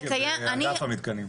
באגף המתקנים.